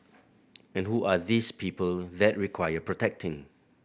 and who are these people that require protecting